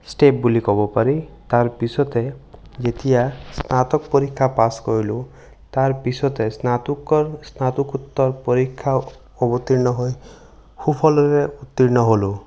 step বুলি ক'ব পাৰি তাৰপিছতে যেতিয়া স্নাতক পৰীক্ষা পাচ কৰিলোঁ তাৰপিছতে স্নাতোকৰ স্নাতকোত্তৰ পৰীক্ষাৰ অৱতীৰ্ণ হৈ সুফলৰে উত্তীৰ্ণ হ'লোঁ